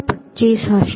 25 હશે